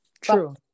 True